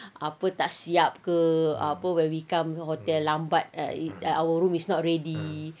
apa tak siap ke apa when we come hotel lambat like our room is not ready